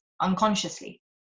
unconsciously